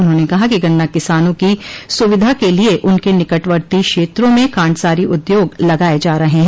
उन्होंने कहा कि गन्ना किसानों की सुविधा के लिये उनके निकटवर्ती क्षेत्रों में खांडसारी उद्योग लगाये जा रहे हैं